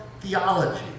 theology